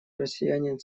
россиянин